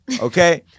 okay